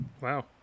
Wow